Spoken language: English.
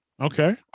Okay